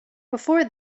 before